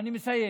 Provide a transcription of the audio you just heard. נא לסיים.